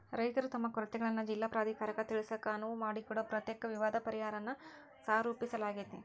ರೈತರು ತಮ್ಮ ಕೊರತೆಗಳನ್ನ ಜಿಲ್ಲಾ ಪ್ರಾಧಿಕಾರಕ್ಕ ತಿಳಿಸಾಕ ಅನುವು ಮಾಡಿಕೊಡೊ ಪ್ರತ್ಯೇಕ ವಿವಾದ ಪರಿಹಾರನ್ನ ಸಹರೂಪಿಸಲಾಗ್ಯಾತಿ